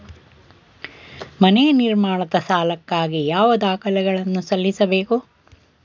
ಮನೆ ನಿರ್ಮಾಣದ ಸಾಲಕ್ಕಾಗಿ ಯಾವ ದಾಖಲೆಗಳನ್ನು ಸಲ್ಲಿಸಬೇಕು?